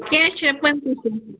کیٚنٛہہ چھُنہٕ پٕنٛژٕ شَتھ